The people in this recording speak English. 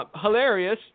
Hilarious